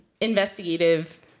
investigative